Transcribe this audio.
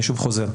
אני שוב חוזר,